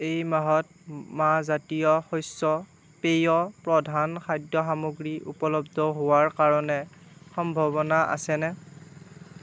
এই মাহত মাহজাতীয় শস্য পেয় প্ৰধান খাদ্য সামগ্ৰী উপলব্ধ হোৱাৰ কাৰণে সম্ভাৱনা আছেনে